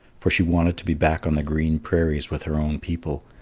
for she wanted to be back on the green prairies with her own people,